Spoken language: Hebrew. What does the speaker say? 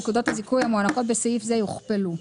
נקודות הזיכוי המוענקות בסעיף זה יוכפלו".